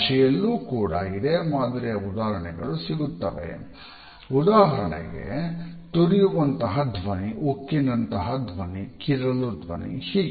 ಭಾಷೆಯಲ್ಲೂ ಕೂಡ ಇದೆ ಮಾದರಿಯ ಉದಾಹರಣೆಗಳು ಕಾಣಸಿಗುತ್ತವೆ ಉದಾಹರಣೆಗೆ ತುರಿಯುವಂತಹ ಧ್ವನಿ ಉಕ್ಕಿನಂತಹ ಧ್ವನಿ ಕೀರಲು ಧ್ವನಿ ಹೀಗೆ